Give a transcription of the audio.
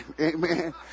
Amen